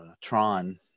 Tron